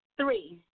Three